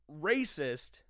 racist